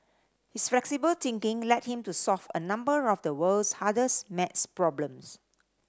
his flexible thinking led him to solve a number of the world's hardest maths problems